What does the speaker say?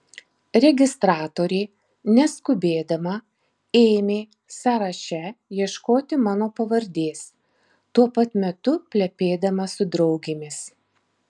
registratorė neskubėdama ėmė sąraše ieškoti mano pavardės tuo pat metu plepėdama su draugėmis